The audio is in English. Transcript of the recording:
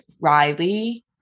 Riley